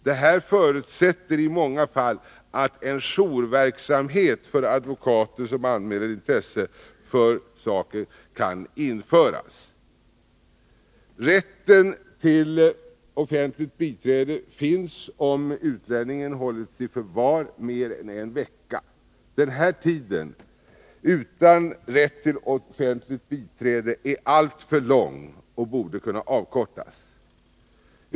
Det här förutsätter i många fall att en jourverksamhet för advokater, som anmäler intresse för saken, kan införas. Rätt till offentligt biträde finns om utlänningen hållits i förvar i mer än en vecka. Denna tid — utan rätt till offentligt biträde — är alltför lång och borde kunna avkortas.